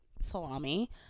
salami